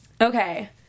Okay